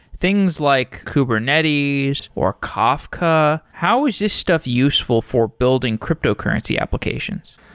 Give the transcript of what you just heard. things like kubernetes, or kafka. how is this stuff useful for building cryptocurrency applications?